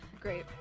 Great